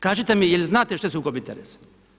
Kažite mi jel znate šta je sukob interesa?